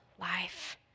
life